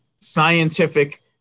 scientific